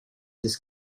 this